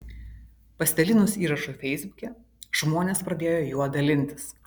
pasidalinus įrašu feisbuke žmonės pradėjo juo dalintis